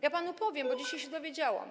Ja panu powiem, bo dzisiaj się dowiedziałam.